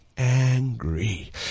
angry